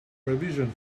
revision